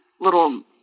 little